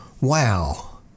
Wow